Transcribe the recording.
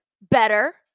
better